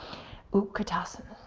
utkatasan.